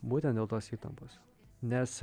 būtent dėl tos įtampos nes